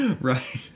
right